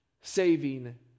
saving